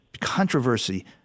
controversy